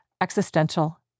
Existential